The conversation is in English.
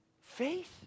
Faith